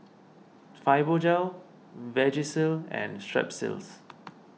Fibogel Vagisil and Strepsils